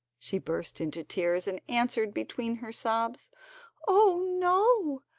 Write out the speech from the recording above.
she burst into tears and answered between her sobs oh, no!